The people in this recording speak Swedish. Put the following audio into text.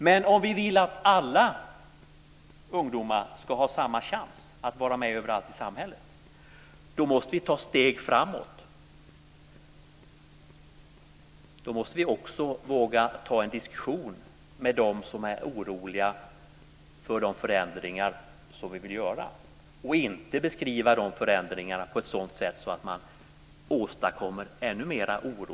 Men om vi vill att alla ungdomar ska ha samma chans att vara med överallt i samhället måste vi ta steg framåt. Då måste vi också våga föra en diskussion med dem som är oroliga för de förändringar vi vill göra, och inte beskriva de förändringarna på ett sådant sätt att man åstadkommer ännu mer oro.